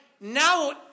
Now